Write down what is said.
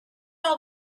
all